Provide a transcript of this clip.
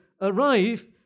arrive